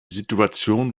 situation